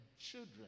children